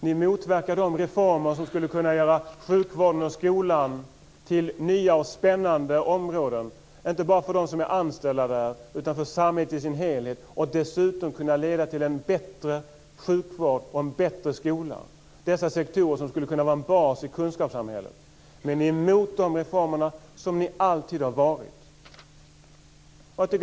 Ni motverkar också de reformer som skulle kunna göra sjukvården och skolan till nya och spännande områden, inte bara för dem som är anställda där utan för samhället i dess helhet. Reformerna skulle dessutom kunna leda till en bättre sjukvård och en bättre skola. Dessa sektorer skulle kunna vara en bas i kunskapssamhället. Men ni är emot dessa reformer, precis som ni alltid har varit.